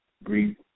Breathe